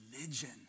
religion